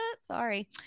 Sorry